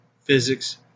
physics